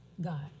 God